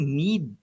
need